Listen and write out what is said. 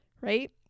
right